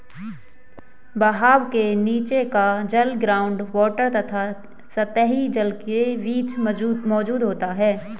बहाव के नीचे का जल ग्राउंड वॉटर तथा सतही जल के बीच मौजूद होता है